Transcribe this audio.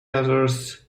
others